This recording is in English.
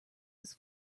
was